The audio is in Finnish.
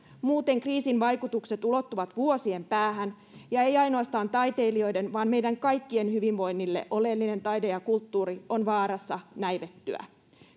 muuten kriisin vaikutukset ulottuvat vuosien päähän ja ei ainoastaan taiteilijoiden vaan meidän kaikkien hyvinvoinnille oleellinen taide ja kulttuuriala on vaarassa näivettyä